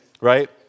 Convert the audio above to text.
right